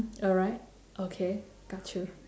alright okay got you